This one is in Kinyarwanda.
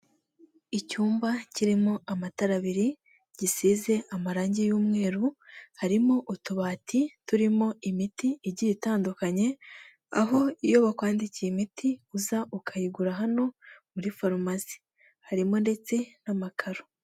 Icyumba kirimo amatara abiri gisize amarangi y'umweru harimo utubati turimo imiti igiye itandukanye aho iyo bakwandikiye imiti uza ukayigura hano muri farumasi harimo ndetse n'amakaro.